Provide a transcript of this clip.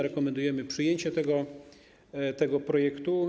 Rekomendujemy przyjęcie tego projektu.